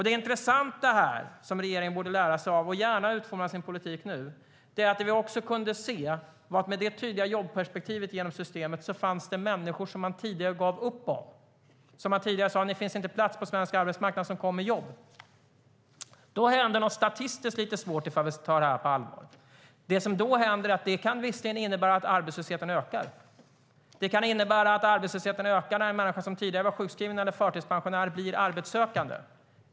Det intressanta är, som regeringen borde lära sig av och gärna utforma sin politik utifrån, att vi också kunde se att det med det tydliga jobbperspektivet genom systemet fanns människor som man tidigare gav upp hoppet om. Tidigare sa man: Det finns inte plats på svensk arbetsmarknad, som kom med jobb. Då händer något statistiskt lite svårt, ifall vi tar det här på allvar. Det som händer är att arbetslösheten visserligen kan öka, för det kan innebära att arbetslösheten ökar när en människa som tidigare var sjukskriven eller förtidspensionär blir arbetssökande.